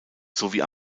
sowie